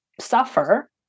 suffer